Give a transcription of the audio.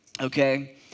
Okay